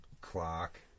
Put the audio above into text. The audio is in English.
clock